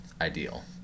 ideal